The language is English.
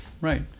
Right